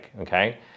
okay